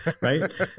Right